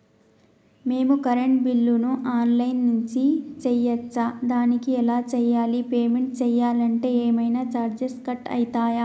మేము కరెంటు బిల్లును online నుంచి చేయచ్చా? దానికి ఎలా చేయాలి? పేమెంట్ చేయాలంటే ఏమైనా చార్జెస్ కట్ అయితయా?